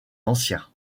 anciens